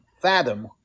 fathom